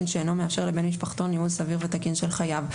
שאינו מאפשר לבן משפחתו ניהול סביר ותקין של חייו".